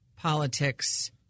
politics